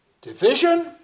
Division